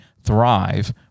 thrive